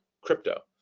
crypto